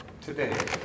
today